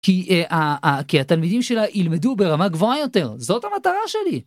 כי התלמידים שלה ילמדו ברמה גבוהה יותר, זאת המטרה שלי.